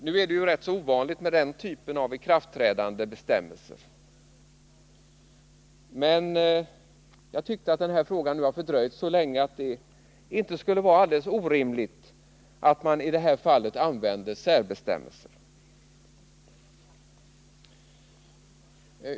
Nu är det ju rätt ovanligt med den typen av ikraftträdandebestämmelser, men jag tyckte att frågan nu har fördröjts så länge att det inte skulle vara alldeles orimligt att i det här fallet tillämpa särbestämmelser.